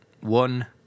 one